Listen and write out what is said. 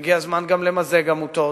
והגיע הזמן גם למזג עמותות.